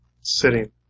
sitting